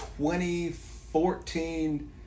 2014